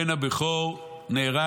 הבן הבכור נהרג